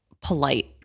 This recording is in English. polite